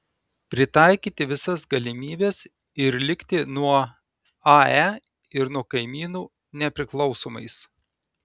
pritaikyti visas galimybes ir likti nuo ae ir nuo kaimynų nepriklausomais